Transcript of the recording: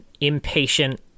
impatient